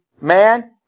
man